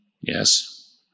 yes